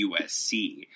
USC